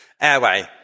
Airway